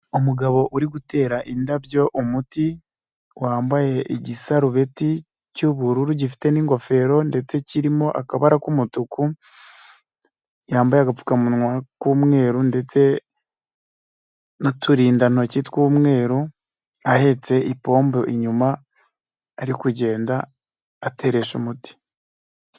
Umugabo uri gutera indabyo umuti wambaye igisarubeti cy'ubururu gifite n'ingofero ndetse kirimo akabara k'umutuku, yambaye agapfukamunwa k'umweru ndetse n'uturindantoki tw'umweru, ahetse ipombo inyuma ari kugenda ateresha umuti.